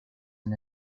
and